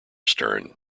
stern